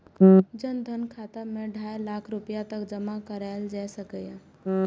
जन धन खाता मे ढाइ लाख रुपैया तक जमा कराएल जा सकैए